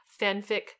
fanfic